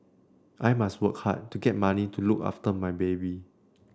I must work hard to get money to look after my baby